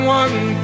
one